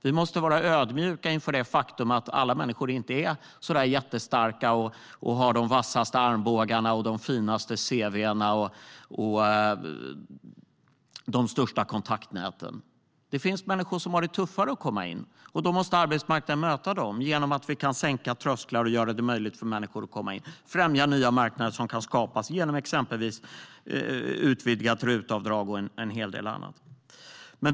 Vi måste vara ödmjuka inför det faktum att alla människor inte är så jättestarka, har de vassaste armbågarna, de finaste cv:ar och de största kontaktnäten. Det finns människor som har det tuffare att komma in. Då måste arbetsmarknaden möta dem genom att vi kan sänka trösklar och göra det möjligt för människor att komma in. Det handlar om att främja nya marknader som kan skapas genom exempelvis utvidgat RUT-avdrag och en hel del annat.